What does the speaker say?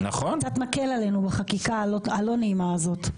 זה קצת מקל עלינו בחקיקה הלא נעימה הזאת.